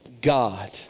God